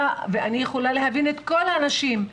אני יכולה להבין את כל הנשים,